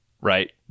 right